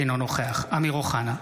אינו נוכח אמיר אוחנה,